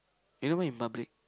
you don't mind in public